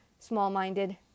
small-minded